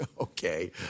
okay